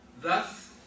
Thus